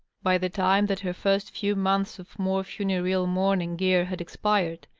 by the time that her first few months of more funereal mourning-gear had expired,